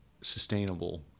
sustainable